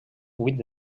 vuit